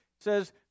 says